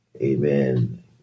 Amen